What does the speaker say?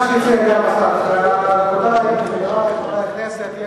רבותי חברי הכנסת,